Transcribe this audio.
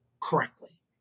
correctly